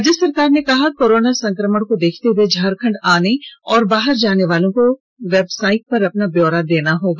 राज्य सरकार ने कहा कोरोना संक्रमण को देखते हुए झारखंड आने और बाहर जानेवालों को वेबसाइट पर अपना ब्योरा देना होगा